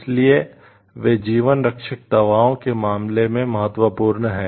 इसलिए वे जीवन रक्षक दवाओं के मामले में महत्वपूर्ण हैं